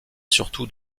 surtout